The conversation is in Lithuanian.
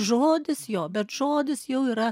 žodis jo bet žodis jau yra